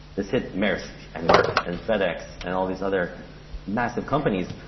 this hit maersk and merck and fedex and all these other massive companies,